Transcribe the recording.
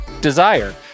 Desire